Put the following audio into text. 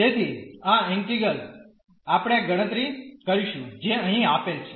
તેથી આ ઈન્ટિગ્રલ આપણે ગણતરી કરીશું જે અહીં આપેલ છે